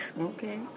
Okay